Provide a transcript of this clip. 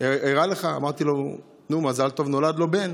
והראה לך, מזל טוב, נולד לו בן.